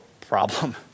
problem